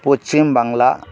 Paschim Bangla